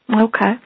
Okay